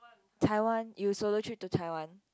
Taiwan you solo trip to Taiwan